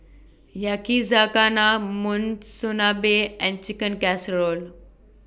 Yakizakana Monsunabe and Chicken Casserole